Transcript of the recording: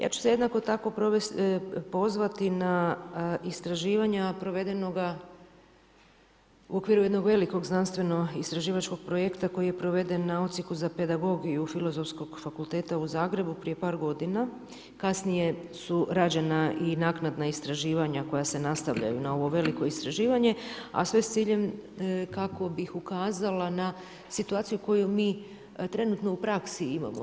Ja ću se jednako tako pozvati na istraživanja provedenoga u okviru jednog velikog znanstveno-istraživačkog projekta koji je proveden na odsjeku za pedagogiju Filozofskog fakulteta u Zagrebu prije par godina, kasnije su rađena i naknadna istraživanja koja se nastavljaju na ovo veliko istraživanje, a sve s ciljem kako bih ukazala na situaciju koju mi trenutno u praksi imamo.